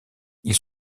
ils